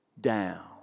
down